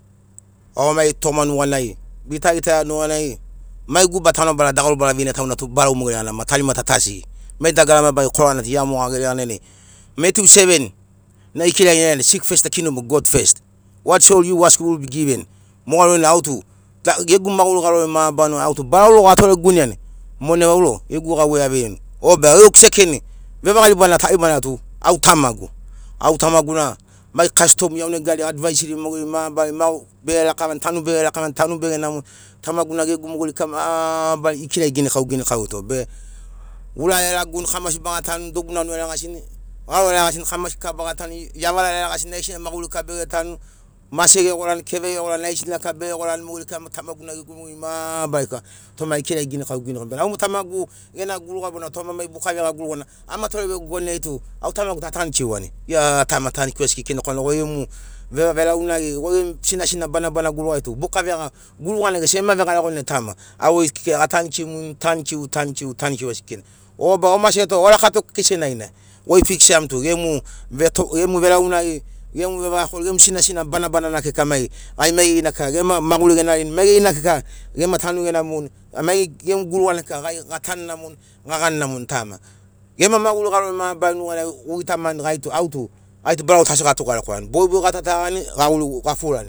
Au mai toma nuganai bita gitaiani nuganai mai guba tanobara dagaru bara veina taunatu barau mo geregana tarima ta tu asigi mai dagara mabarari korana tu gia mo geregana dainai mathew 7 na ekragiani seek first the kingdom of god first what shall you ask will be given moga rorinai au tu gegu maguri garori mabarari autu barau rogo a toreguineani monai vauro gegu gauvei aveirini o ba gegu sekeni vevaga ribana tarimana tu au tamagu au tamaguna mai kastom iaunegari advaisiri mo geri mabarari vau bege rakavani tanu bege rakavani tanu bege namoni tamaguna gegu mogeri kika mabarari ekiragi ginikau ginikau to be gura eraguni kamasi baga tanuni dobu nanuri eragasini garo eragasini kamasi kika baga tanuni iavara eragasi aigesina maguri kika bege tanuni mase gegorani keve gegorani aigesina kika bege gorani mogeri kika mot u tamaguna gegu mogeri mabarari kika toma ekiragi ginikau ginikaurini bena au mo tamagu gena guruga bona toma mai buka veaga gurugana ama tore vegogo nai tu au tamagu tu atanikiuani ia tama tanikiu asi keikeina korana goi gemu veraunagi goi gemu sina sina bana bana gurugari tu buka veaga gurugana gesi ema vegaragoni tama au goi kekei atanikiumuni tanikiu tanikiu tanikiu asi keikeina o ba o maseto o rakato kekei senagina goi fiksa muta gemu gemu veraunagi gemu vevagakokore gemu sina sina bana bana na kika mai gai mai geri na kika gema maguri genaririni mai geri na kika gema tanu genamoni mai gemu gurugana kika gai gatanu namoni gagani namoni tama gema maguri garori mabarari nugariai ogitamani barau tu asi gatugarekwaiani bogi bogi gatatagani gagurigurini gafurani.